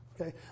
Okay